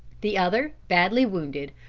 the other, badly wounded,